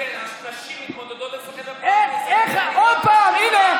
עוד פעם, הינה,